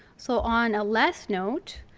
so on a last note,